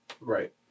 Right